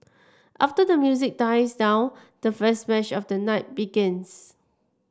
after the music dies down the first match of the night begins